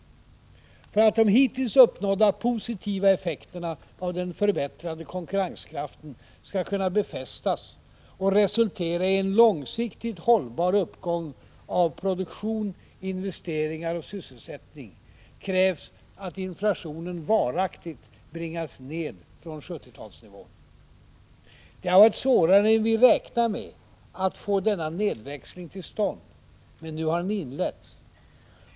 För att de hittills uppnådda positiva effekterna av den förbättrade konkurrenskraften skall kunna befästas och resultera i en långsiktigt hållbar uppgång av produktion, investeringar och sysselsättning krävs att inflationen varaktigt bringas ned från 1970-talsnivån. Det har varit svårare än vi räknade med att få denna nedväxling till stånd, men nu har den inletts.